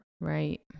Right